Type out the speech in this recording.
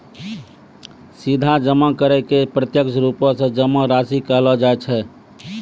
सीधा जमा करै के प्रत्यक्ष रुपो से जमा राशि कहलो जाय छै